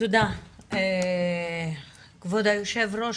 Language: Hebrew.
תודה כבוד היו"ר,